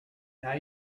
now